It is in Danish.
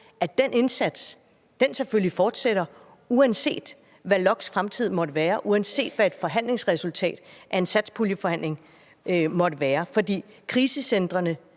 at den indsats selvfølgelig fortsætter, uanset hvad LOKK's fremtid måtte være, uanset hvad et resultat af en satspuljeforhandling måtte være, for landets